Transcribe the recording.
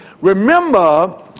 Remember